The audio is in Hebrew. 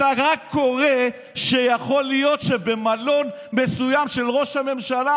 אתה רק קורא שיכול להיות שבמלון מסוים שראש הממשלה